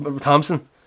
Thompson